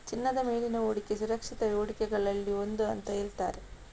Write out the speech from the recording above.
ಚಿನ್ನದ ಮೇಲಿನ ಹೂಡಿಕೆ ಸುರಕ್ಷಿತ ಹೂಡಿಕೆಗಳಲ್ಲಿ ಒಂದು ಅಂತ ಹೇಳ್ತಾರೆ